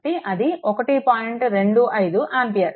25 ampere